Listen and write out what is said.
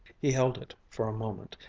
he held it for a moment,